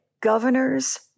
governors